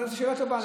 שאלה טובה.